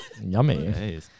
Yummy